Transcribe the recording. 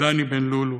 דני בן-לולו,